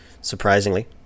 surprisingly